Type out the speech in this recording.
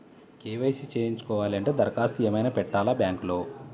KYC చేయించుకోవాలి అంటే దరఖాస్తు ఏమయినా పెట్టాలా బ్యాంకులో?